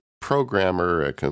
programmer